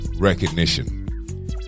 recognition